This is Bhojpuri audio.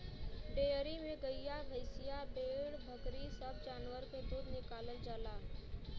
डेयरी में गइया भईंसिया भेड़ बकरी सब जानवर के दूध निकालल जाला